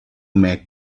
make